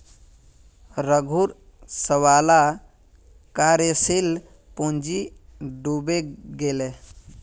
रघूर सबला कार्यशील पूँजी डूबे गेले